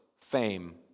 fame